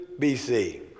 BC